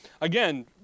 again